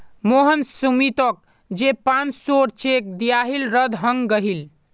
मोहन सुमीतोक जे पांच सौर चेक दियाहिल रद्द हंग गहील